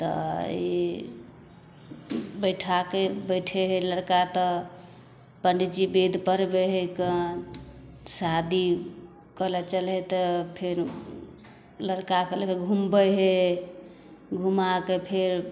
तऽ ई बैठा कऽ बैठै हइ लड़का तऽ पंडिजी जी वेद पढ़बै हइ कऽ शादी करै लए चलै हइ तऽ फेर लड़काके लए कऽ घुमबै हइ घुमा कऽ फेर